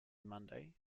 monday